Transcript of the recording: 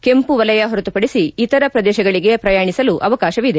ಕೆಂಪು ವಲಯ ಹೊರತುಪಡಿಸಿ ಇತರ ಪ್ರದೇಶಗಳಿಗೆ ಪ್ರಯಾಣಿಸಲು ಅವಕಾಶವಿದೆ